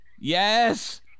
Yes